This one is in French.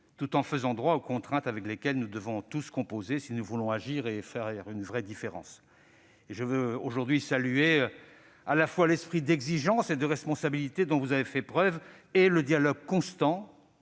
tout en faisant droit aux contraintes avec lesquelles nous devons tous composer, si nous voulons agir et construire une véritable différence. Je veux aujourd'hui saluer à la fois l'esprit d'exigence et de responsabilité, dont vous avez fait preuve, et le dialogue constant,